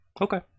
Okay